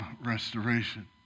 restoration